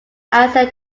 answer